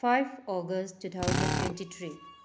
five August two thousand twenty three